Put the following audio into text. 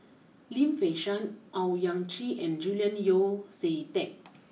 Lim Fei Shen Owyang Chi and Julian Yeo see Teck